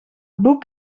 boek